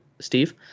steve